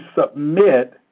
submit